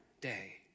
day